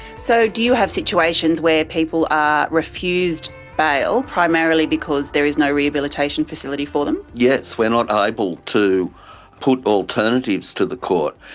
so do you have situations where people are refused bail primarily because there is no rehabilitation facility for them? yes, we're not able to put alternatives to the court.